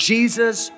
Jesus